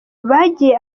bagiye